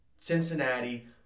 Cincinnati